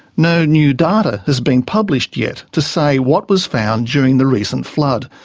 no new data has been published yet to say what was found during the recent flood.